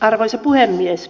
arvoisa puhemies